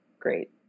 Great